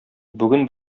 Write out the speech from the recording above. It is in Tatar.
бүген